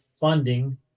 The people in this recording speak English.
funding